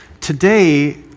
today